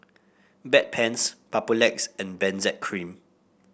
Bedpans Papulex and Benzac Cream